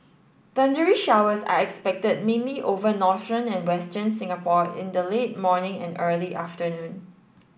thundery showers are expected mainly over northern and western Singapore in the late morning and early afternoon